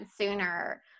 sooner